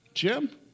Jim